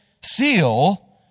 seal